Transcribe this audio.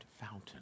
fountain